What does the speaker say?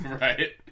right